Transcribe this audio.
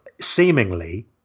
seemingly